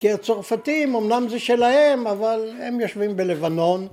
‫כי הצרפתים, אמנם זה שלהם, ‫אבל הם יושבים בלבנון.